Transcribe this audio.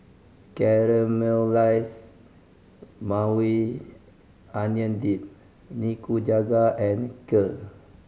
Caramelize Maui Onion Dip Nikujaga and Kheer